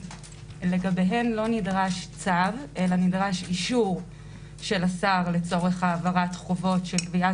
לגביהם לא נדרש צו אלא נדרש אישור של השר לצורך העברת חובות של גביית